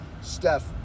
Steph